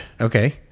Okay